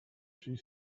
she